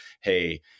Hey